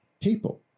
people